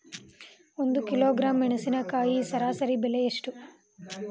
ಒಂದು ಕಿಲೋಗ್ರಾಂ ಮೆಣಸಿನಕಾಯಿ ಸರಾಸರಿ ಬೆಲೆ ಎಷ್ಟು?